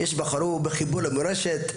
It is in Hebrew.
יש שבחרו בחיבור למורשת,